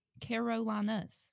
Carolinas